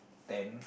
ten